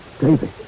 David